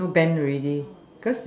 you know bend already